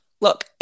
look